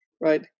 right